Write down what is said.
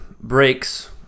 breaks